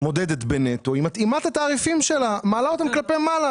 מודדת בנטו היא מתאימה את התעריפים שלה ומעלה אותם כלפי מעלה.